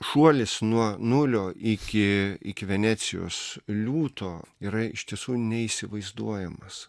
šuolis nuo nulio iki iki venecijos liūto yra iš tiesų neįsivaizduojamas